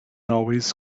always